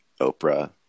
Oprah